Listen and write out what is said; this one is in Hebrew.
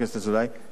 הציבור הזה הודר.